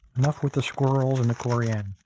enough with the squirrels and the corian.